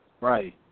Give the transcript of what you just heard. Right